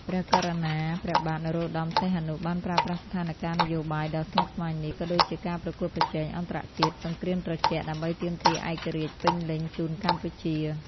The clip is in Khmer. ព្រះករុណាព្រះបាទ នរោត្តម សីហនុ បានប្រើប្រាស់ស្ថានការណ៍នយោបាយដ៏ស្មុគស្មាញនេះ ក៏ដូចជាការប្រកួតប្រជែងអន្តរជាតិ សង្គ្រាមត្រជាក់ដើម្បីទាមទារឯករាជ្យពេញលេញជូនកម្ពុជា។